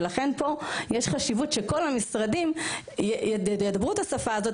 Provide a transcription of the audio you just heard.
ולכן פה יש חשיבות שכל המשרדים ידברו את השפה הזאת,